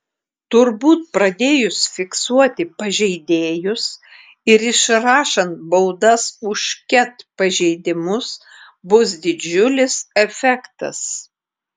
turbūt pradėjus fiksuoti pažeidėjus ir išrašant baudas už ket pažeidimus bus didžiulis efektas